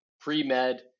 Pre-med